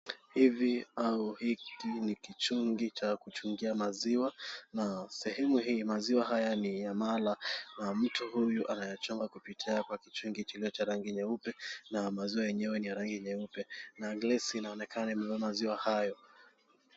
Hivi au hiki ni kichungi cha kuchungia maziwa na sehemu hii, maziwa haya ni ya mala. Na mtu huyu anayachunga kwa kupitia kichungi kilicho cha rangi nyeupe na maziwa yenyewe ni ya rangi nyeupe na grease inaonekana kwenye maziwa hayo.